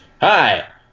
Hi